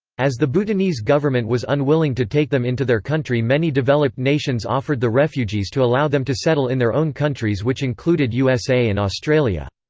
as the bhutanese government was unwilling to take them into their country many developed nations offered the refugees to allow them to settle in their own countries which included usa and australia.